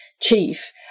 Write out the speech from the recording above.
chief